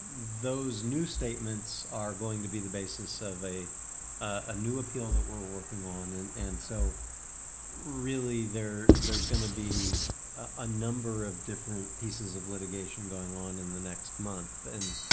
those new statements are going to be the basis of a a new appeal that we're working on. and and so really there's going to be a number of different pieces of litigation going on in the next month. and